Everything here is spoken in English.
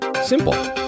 Simple